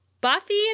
Buffy